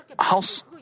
house